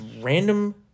random